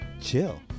Chill